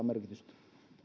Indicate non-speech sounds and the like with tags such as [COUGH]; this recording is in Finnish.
[UNINTELLIGIBLE] merkitystä